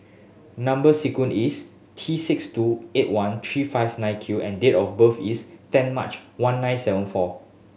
number sequence is T six two eight one three five nine Q and date of birth is ten March one nine seven four